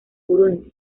burundi